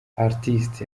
artist